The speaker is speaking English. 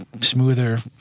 smoother